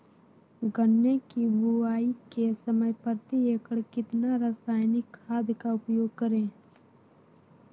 गन्ने की बुवाई के समय प्रति एकड़ कितना रासायनिक खाद का उपयोग करें?